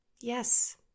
Yes